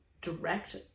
direct